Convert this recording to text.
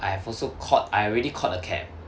I have also called I already called a cab